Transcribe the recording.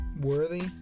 worthy